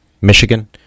Michigan